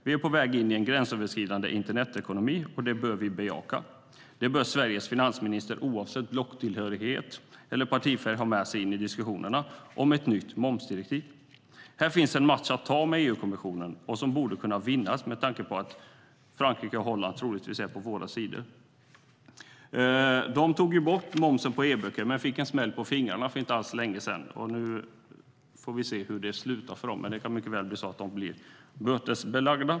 Vi är på väg in i en gränsöverskridande internetekonomi, och det bör vi bejaka. Det bör Sveriges finansminister, oavsett blocktillhörighet och partifärg, ha med sig in i diskussionerna om ett nytt momsdirektiv. Här finns en match att ta med EU-kommissionen och som borde kunna vinnas med tanke på att Frankrike och Holland troligtvis är på vår sida. Där har man tagit bort momsen på e-böcker, men fick smäll på fingrarna för inte länge sedan. Nu får vi se hur det slutar för dem. Men de kan mycket väl bli bötesbelagda.